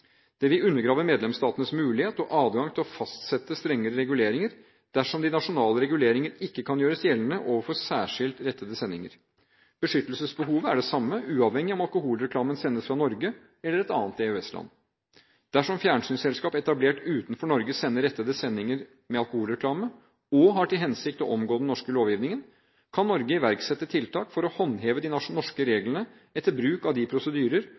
Det vil undergrave medlemsstatenes mulighet og adgang til å fastsette strengere reguleringer dersom de nasjonale reguleringer ikke kan gjøres gjeldende overfor særskilt rettede sendinger. Beskyttelsesbehovet er det samme, uavhengig av om alkoholreklamen sendes fra Norge eller et annet EØS-land. Dersom fjernsynsselskap etablert utenfor Norge sender rettede sendinger med alkoholreklame og har til hensikt å omgå den norske lovgivningen, kan Norge iverksette tiltak for å håndheve de norske reglene etter bruk av de prosedyrer